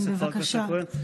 כן, בבקשה.